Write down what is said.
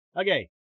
Okay